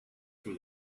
from